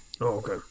Okay